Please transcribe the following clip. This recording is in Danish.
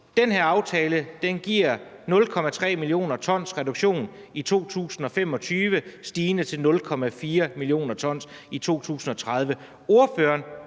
Den her aftale giver 0,3 mio. t reduktion i 2025 stigende til 0,4 mio. t i 2030,